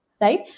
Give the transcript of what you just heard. Right